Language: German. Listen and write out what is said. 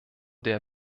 der